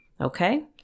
Okay